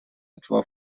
etwa